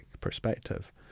perspective